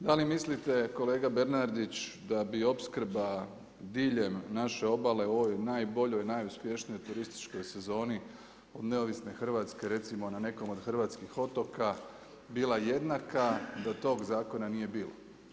Da li mislite kolega Bernardić da bi opskrba diljem naše obale u ovoj najboljoj, najuspješnijoj turističkoj sezoni od neovisne Hrvatske recimo na nekom od hrvatskih otoka bila jednaka da tog zakona nije bilo?